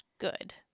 good